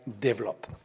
develop